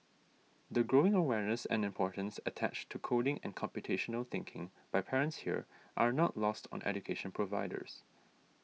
the growing awareness and importance attached to coding and computational thinking by parents here are not lost on education providers